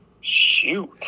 Shoot